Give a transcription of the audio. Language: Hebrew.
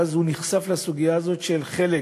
ואז הוא נחשף לסוגיה הזאת שחלק